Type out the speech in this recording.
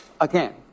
again